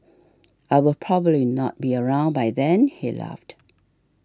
I will probably not be around by then he laughed